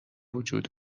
بوجود